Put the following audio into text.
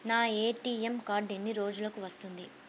నా ATM card ఎన్ని రోజులకు వస్తుంది?